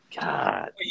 god